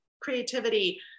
creativity